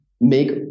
make